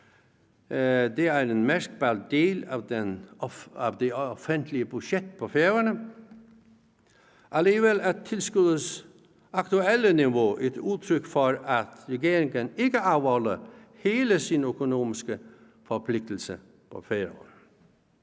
Det er en mærkbar del af det offentlige budget på Færøerne. Alligevel er tilskuddets aktuelle niveau et udtryk for, at regeringen ikke afholder hele sin økonomiske forpligtelse mod Færøerne.